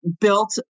built